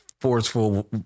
forceful